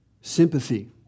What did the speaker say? sympathy